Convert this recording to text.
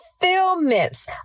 fulfillments